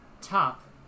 Top